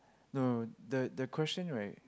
no the the question right